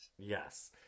yes